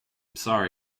sorry